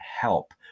help